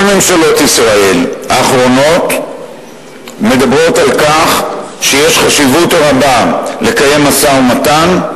כל ממשלות ישראל האחרונות מדברות על כך שיש חשיבות רבה לקיים משא-ומתן,